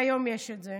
והיום יש את זה.